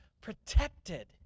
protected